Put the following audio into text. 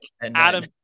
Adam